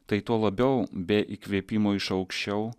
tai tuo labiau be įkvėpimo iš aukščiau